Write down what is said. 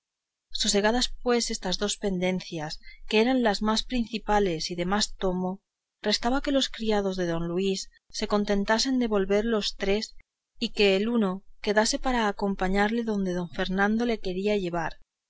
sosegadas pues estas dos pendencias que eran las más principales y de más tomo restaba que los criados de don luis se contentasen de volver los tres y que el uno quedase para acompañarle donde don fernando le quería llevar